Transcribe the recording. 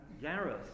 Gareth